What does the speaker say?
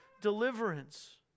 deliverance